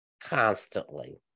constantly